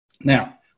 Now